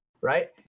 right